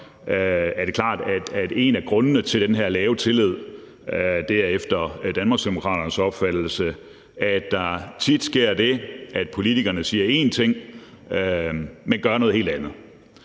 er det klart, at en af grundene til den her lave tillid efter Danmarksdemokraternes opfattelse er, at der tit sker det, at politikerne siger én ting, men gør noget helt andet.